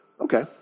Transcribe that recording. okay